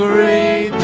pray